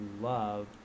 love